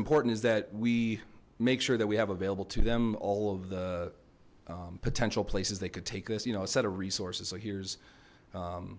important is that we make sure that we have available to them all of the potential places they could take this you know a set of resources so here's